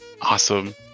Awesome